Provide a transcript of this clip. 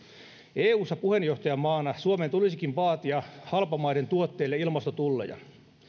eussa puheenjohtajamaana suomen tulisikin vaatia halpamaiden tuotteille ilmastotulleja